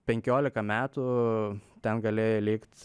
penkiolika metų ten galėjai likt